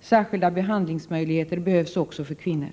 Särskilda behandlingsmöjligheter behövs också för kvinnor.